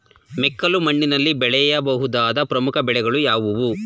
ಮೆಕ್ಕಲು ಮಣ್ಣಿನಲ್ಲಿ ಬೆಳೆಯ ಬಹುದಾದ ಪ್ರಮುಖ ಬೆಳೆಗಳು ಯಾವುವು?